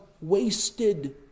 wasted